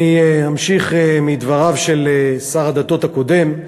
אני אמשיך מדבריו של שר הדתות הקודם,